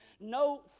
No